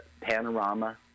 panorama